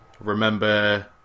remember